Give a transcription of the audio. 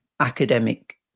academic